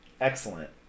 Excellent